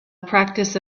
practice